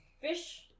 fish